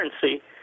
currency